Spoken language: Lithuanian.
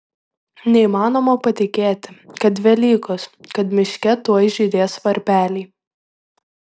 neįmanoma patikėti kad velykos kad miške tuoj žydės varpeliai